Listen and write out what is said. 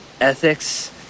ethics